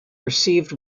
received